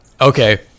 okay